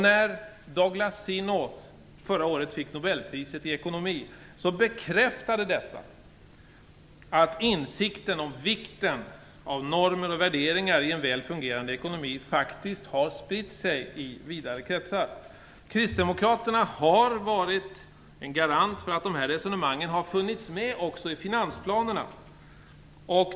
När Douglas C. North förra året fick Nobelpriset i ekonomi, bekräftade detta att insikten om vikten av normer och värderingar i en väl fungerande ekonomi faktiskt har spritt sig i vidare kretsar. Kristdemokraterna har varit en garant för att dessa resonemang har funnits med i finansplanerna.